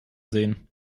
sehen